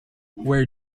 where